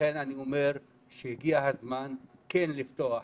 לכן אני אומר שהגיע הזמן כן לפתוח.